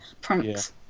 pranks